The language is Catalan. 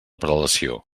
prelació